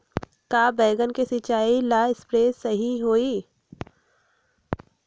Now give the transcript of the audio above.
का बैगन के सिचाई ला सप्रे सही होई?